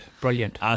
Brilliant